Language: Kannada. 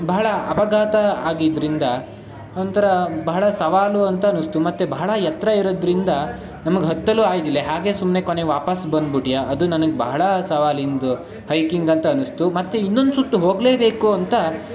ಬಹಳ ಅಪಘಾತ ಆಗಿದ್ದರಿಂದ ಒಂಥರ ಬಹಳ ಸವಾಲು ಅಂತ ಅನ್ನಿಸ್ತು ಮತ್ತು ಬಹಳ ಎತ್ತರ ಇರೋದ್ರಿಂದ ನಮಗೆ ಹತ್ತಲೂ ಆಯ್ದಿಲ್ಲೆ ಹಾಗೇ ಸುಮ್ಮನೆ ಕೊನೆಗೆ ವಾಪಸ್ ಬಂದ್ಬುಟ್ಯ ಅದು ನನಗೆ ಬಹಳ ಸವಾಲಿಂದು ಹೈಕಿಂಗ್ ಅಂತ ಅನ್ನಿಸ್ತು ಮತ್ತು ಇನ್ನೊಂದು ಸುತ್ತು ಹೋಗಲೇಬೇಕು ಅಂತ